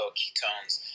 ketones